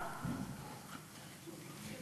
(אומר דברים בשפה הערבית)